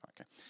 okay